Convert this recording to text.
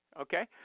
Okay